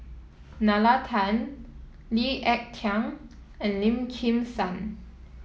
Nalla Tan Lee Ek Tieng and Lim Kim San